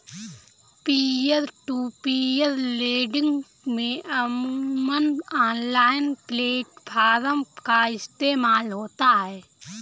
peer to peer lending में अमूमन online platform का इस्तेमाल होता है